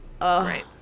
Right